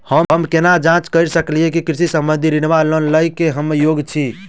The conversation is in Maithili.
हम केना जाँच करऽ सकलिये की कृषि संबंधी ऋण वा लोन लय केँ हम योग्य छीयै?